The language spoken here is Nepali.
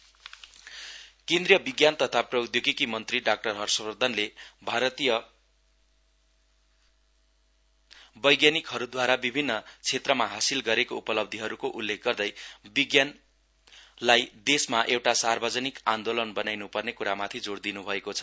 आइआइएसएफ केन्द्रिय विज्ञान तथा प्रौद्योगिकी मन्त्री डाक्टर हर्ष वधर्नले भारतीय वैज्ञानिकहरूद्वारा विभिन्न क्षेत्रमा हासिल गरेको उपलब्धिहरूको उल्लेख गर्दै विज्ञानलाई देशमा एउटा सार्वजनिक आन्दोलन बनाइन् पर्ने क्रामाथि जोड़ दिन्भएको छ